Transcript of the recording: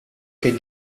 che